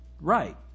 right